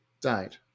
died